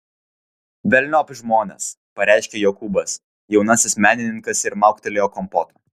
velniop žmones pareiškė jokūbas jaunasis menininkas ir mauktelėjo kompoto